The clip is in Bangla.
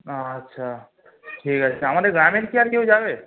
আচ্ছা ঠিক আছে আমাদের গ্রামের কি আর কেউ যাবে